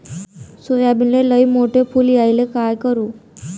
सोयाबीनले लयमोठे फुल यायले काय करू?